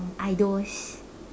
idols